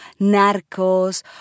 Narcos